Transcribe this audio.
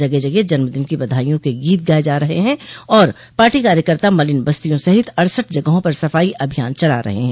जगह जगह जन्मदिन की बधाईयों के गीत गाये जा रहे हैं और पार्टी कार्यकर्ता मलिन बस्तियों सहित अड़सठ जगहों पर सफाई अभियान चला रहे हैं